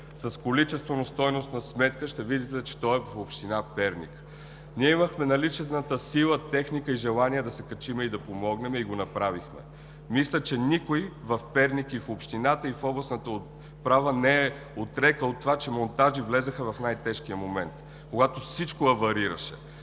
които се ремонтират, ще видите, че той е в община Перник. Ние имахме наличната сила, техника и желание да се качим и да помогнем, и го направихме. Мисля, че никой в Перник – и в общината, и в областната управа не е отрекъл това, че „Монтажи“ влязоха в най-тежкия момент, когато всичко аварираше.